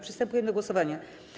Przystępujemy do głosowania.